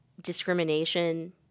discrimination